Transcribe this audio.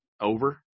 over